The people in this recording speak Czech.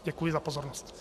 Děkuji za pozornost.